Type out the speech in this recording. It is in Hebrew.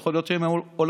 יכול להיות שהם עולמיים.